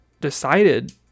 decided